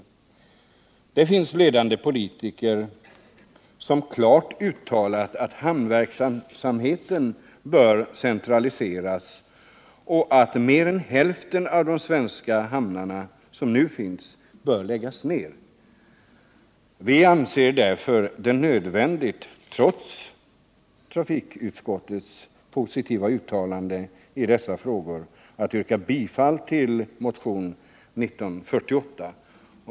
Det finns ledande politiker som klart uttalat att hamnverksamheten bör centraliseras och att mer än hälften av de svenska hamnar som nu finns bör läggas ner. Vi anser det därför nödvändigt — trots trafikutskottets positiva uttalande i dessa frågor — att yrka bifall till motionen 1948.